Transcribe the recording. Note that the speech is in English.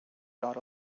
dot